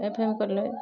F M college